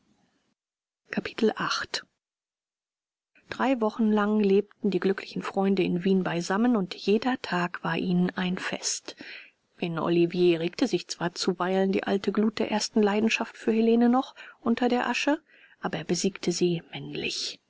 drei wochen lang lebten die glücklichen freunde in wien beisammen und jeder tag war ihnen ein fest in olivier regte sich zwar zuweilen die alte glut der ersten leidenschaft für helene noch unter der asche aber er besiegte sie männlich